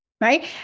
right